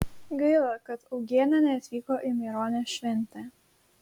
gaila kad augienė neatvyko į maironio šventę